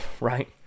right